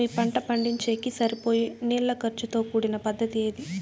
మీ పంట పండించేకి సరిపోయే నీళ్ల ఖర్చు తో కూడిన పద్ధతి ఏది?